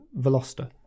Veloster